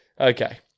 Okay